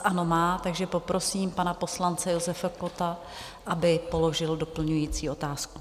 Ano má, takže poprosím pana poslance Josefa Kotta, aby položil doplňující otázku.